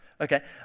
Okay